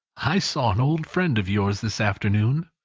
i saw an old friend of yours this afternoon.